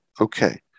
okay